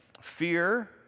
fear